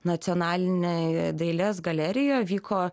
nacionalinėj dailės galerijoj vyko